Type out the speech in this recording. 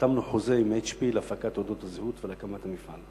וחתמנו חוזה עם HP להפקת תעודות הזהות ולהקמת המפעל.